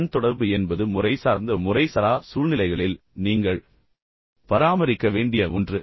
கண் தொடர்பு என்பது முறைசார்ந்த மற்றும் முறைசாரா சூழ்நிலைகளில் நீங்கள் பராமரிக்க வேண்டிய ஒன்று